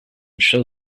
shall